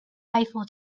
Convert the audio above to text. eiffel